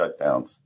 shutdowns